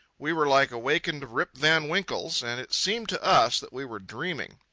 we were like awakened rip van winkles, and it seemed to us that we were dreaming.